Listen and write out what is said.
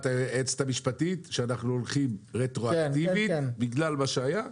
היועצת המשפטית שאנחנו הולכים רטרואקטיבית בגלל מה שהיה.